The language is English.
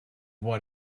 what